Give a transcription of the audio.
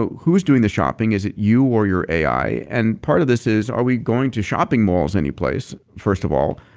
who's doing the shopping, is it you or your ai? and part of this is are we going to shopping malls any place, first of all?